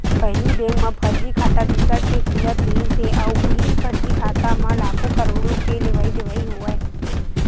पहिली बेंक म फरजी खाता बिकट के खुलत रिहिस हे अउ उहीं फरजी खाता म लाखो, करोड़ो के लेवई देवई होवय